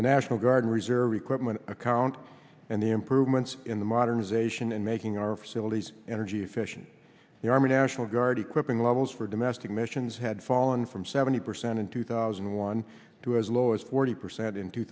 the national guard and reserve equipment account and the improvements in the modernization and making our facilities energy efficient the army national guard equipping levels for domestic missions had fallen from seventy percent in two thousand and one to as low as forty